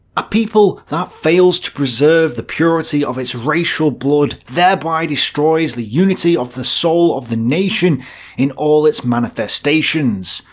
a people that fails to preserve the purity of its racial blood thereby destroys the unity of the soul of the national in all its manifestations.